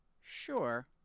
Sure